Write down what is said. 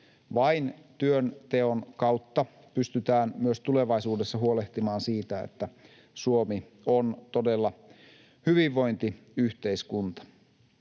Vain työnteon kautta pystytään myös tulevaisuudessa huolehtimaan siitä, että Suomi on todella hyvinvointiyhteiskunta.